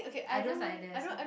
I don't study there so I